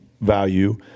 value